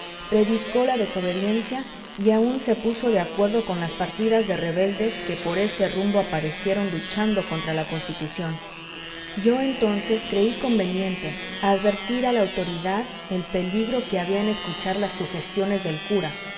predicó la desobediencia y aun se puso de acuerdo con las partidas de rebeldes que por ese rumbo aparecieron luchando contra la constitución yo entonces creí conveniente advertir a la autoridad el peligro que había en escuchar las sugestiones del cura